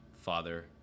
father